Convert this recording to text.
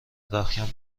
رختکن